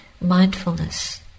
mindfulness